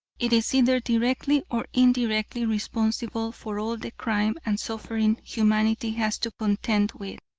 it is either directly or indirectly responsible for all the crime and suffering humanity has to contend with.